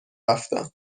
رفتم